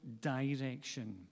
direction